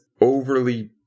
overly